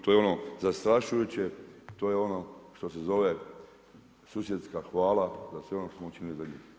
To je ono zastrašujuće, to je ono što se zove susjedska hvala za sve ono što smo učinili za njih.